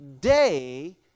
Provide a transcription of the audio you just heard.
day